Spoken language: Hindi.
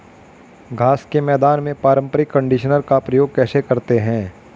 घास के मैदान में पारंपरिक कंडीशनर का प्रयोग कैसे करते हैं?